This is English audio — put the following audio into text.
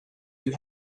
you